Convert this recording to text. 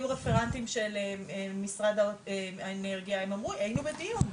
רפרנטים של האנרגיה והם אמרו שהם היו בדיון.